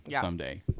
someday